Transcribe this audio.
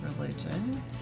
Religion